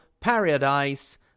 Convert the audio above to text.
Paradise